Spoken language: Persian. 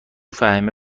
فهیمه